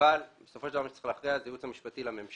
אבל בסופו של דבר מי שצריך להכריע זה הייעוץ המשפטי לממשלה.